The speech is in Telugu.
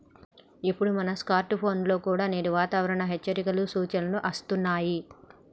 ఇప్పుడు మన స్కార్ట్ ఫోన్ల కుండా నేడు వాతావరణ హెచ్చరికలు, సూచనలు అస్తున్నాయి